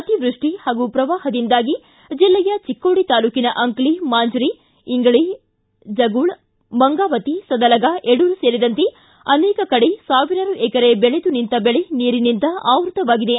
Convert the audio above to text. ಅತಿವೃಷ್ಟಿ ಹಾಗೂ ಪ್ರವಾಹದಿಂದಾಗಿ ಜಿಲ್ಲೆಯ ಚಿಕ್ಕೋಡಿ ತಾಲೂಕಿನ ಅಂಕಲಿ ಮಾಂಜರಿ ಇಂಗಳಿ ಜುಗೂಳ ಮಂಗಾವತಿ ಸದಲಗಾ ಯಡೂರ ಸೇರಿದಂತೆ ಅನೇಕ ಕಡೆ ಸಾವಿರಾರು ಎಕರೆ ಬೆಳೆದು ನಿಂತ ಬೆಳೆ ನೀರಿನಿಂದ ಆವೃತ್ತವಾಗಿದೆ